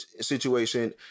situation